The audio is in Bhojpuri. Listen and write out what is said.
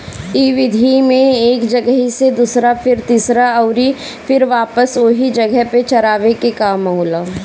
इ विधि में एक जगही से दूसरा फिर तीसरा अउरी फिर वापस ओही जगह पे चरावे के काम होला